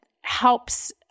helps